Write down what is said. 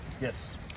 Yes